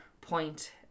point